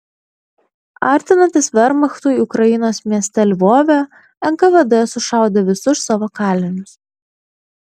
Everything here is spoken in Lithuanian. artinantis vermachtui ukrainos mieste lvove nkvd sušaudė visus savo kalinius